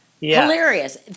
Hilarious